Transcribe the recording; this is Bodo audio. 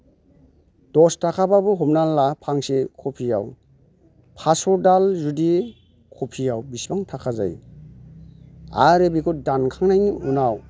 दस थाखाबाबो हमना ला फांसे कपिआव पास्स' दाल जुदि कपिआव बेसेबां थाखा जायो आरो बेखौ दानखांनायनि उनाव